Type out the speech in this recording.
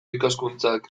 ikaskuntzak